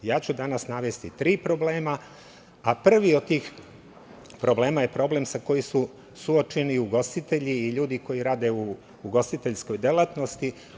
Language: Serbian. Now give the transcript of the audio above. Danas ću navesti tri problema, a prvi od tih problema je problem sa kojim su suočeni ugostitelji koji rade u ugostiteljskoj delatnosti.